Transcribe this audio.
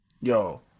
Yo